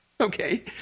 Okay